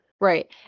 Right